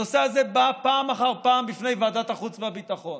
הנושא הזה בא פעם אחר פעם בפני ועדת החוץ והביטחון,